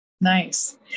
nice